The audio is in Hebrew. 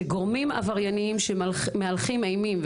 שגורמים עברייניים שמהלכים אימים,